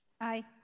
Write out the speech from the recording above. Aye